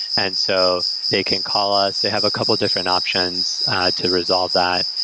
and so they can call us. they have a couple of different options to resolve that.